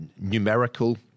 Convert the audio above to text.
numerical